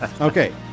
Okay